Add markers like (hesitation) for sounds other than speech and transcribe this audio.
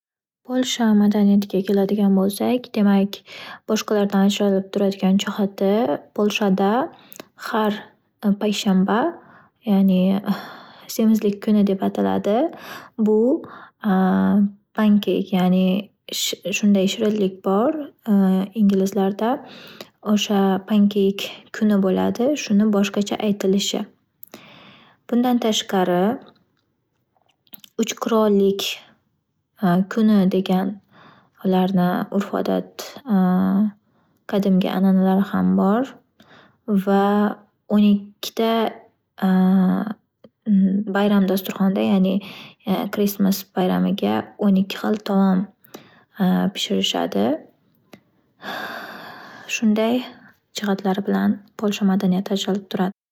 Polsha madaniyatiga keladigan bo’lsak, demak boshqalardan ajralib turadigan jihati har payshanba ya’ni semizlik kuni deb ataladi. Bu (hesitation) Panki shunday shirinlik bor ingilizlarda o'sha pankeyk kuni bo’ladi shuni boshqacha aytilishi. Bundan tashqari uch qirollik kuni degan ularni urf - odat (hesitation) qadimgi an’analari ham bor va o’n ikkita (hesitation) baytam dasturxonda ya’ni krismas bayramiga o'n ikki xil taom pishirishadi shunday jihatlari bilan polsha madaniyati.